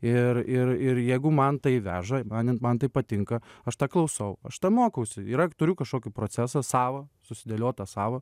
ir ir ir jeigu man tai veža man jin tai patinka aš tą klausau aš tą mokausi yra turiu kažkokį procesą savo susidėliotą savo